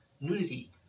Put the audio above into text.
nudity